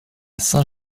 saint